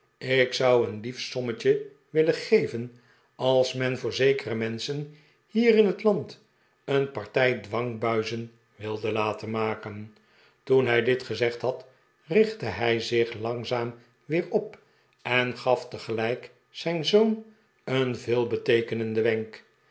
ik zou een lief sommetje willen geven als men voor zekere menschen hier in het land een partij dwangbuizen wilde laten maken toen hij dit gezegd had richtte hij zich langzaam weer op en gaf tegelijk zijn zoon een veelbeteekenenden wenk